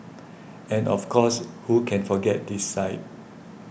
and of course who can forget this sight